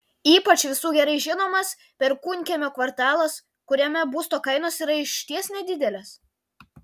ypač visų gerai žinomas perkūnkiemio kvartalas kuriame būsto kainos yra išties nedidelės